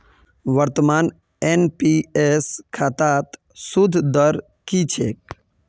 वर्तमानत एन.पी.एस खातात सूद दर की छेक